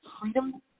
freedom